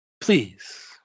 Please